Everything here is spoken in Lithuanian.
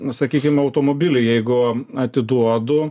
nu sakykim automobilį jeigu atiduodu